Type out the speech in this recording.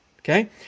okay